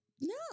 No